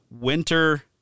winter